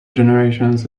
generations